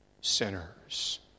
sinners